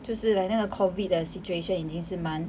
就是 like 那个 COVID 的 situation 已经是蛮